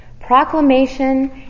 Proclamation